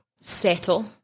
settle